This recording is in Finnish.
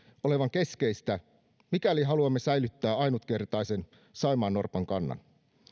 olevan keskeistä mikäli haluamme säilyttää ainutkertaisen saimaannorpan kannan